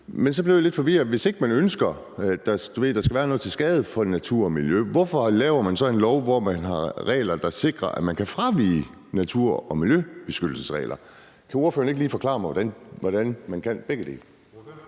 Så blev jeg altså lidt forvirret, for hvis ikke man ønsker, at der skal være noget, der er til skade for natur og miljø, hvorfor laver man så en lov, hvor man har regler, der sikrer, at man kan fravige natur- og miljøbeskyttelsesregler? Kan ordføreren ikke lige forklare mig, hvordan man kan begge dele?